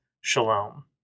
shalom